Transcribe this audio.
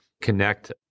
connect